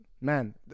man